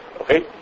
okay